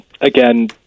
Again